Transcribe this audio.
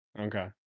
Okay